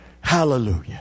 Hallelujah